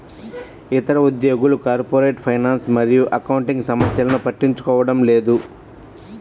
ఇతర ఉద్యోగులు corporate finance మరియు అకౌంటింగ్ సమస్యలను పట్టించుకోవడం లేదు